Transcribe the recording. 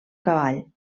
cavall